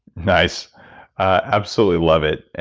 nice absolutely love it.